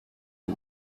the